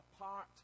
apart